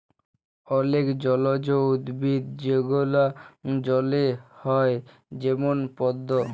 অলেক জলজ উদ্ভিদ যেগলা জলে হ্যয় যেমল পদ্দ